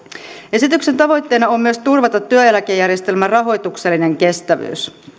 esityksen tavoitteena on myös turvata työeläkejärjestelmän rahoituksellinen kestävyys